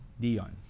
Dion